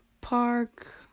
park